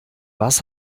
was